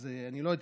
אז אני לא יודע.